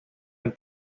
del